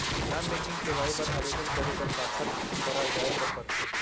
non banking सेवाएं बर आवेदन करे बर काखर करा जाए बर परथे